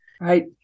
Right